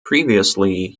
previously